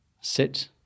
sit